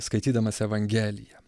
skaitydamas evangeliją